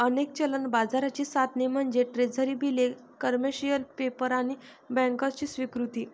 अनेक चलन बाजाराची साधने म्हणजे ट्रेझरी बिले, कमर्शियल पेपर आणि बँकर्सची स्वीकृती